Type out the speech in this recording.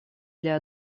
для